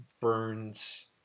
Burns